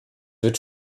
wird